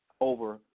over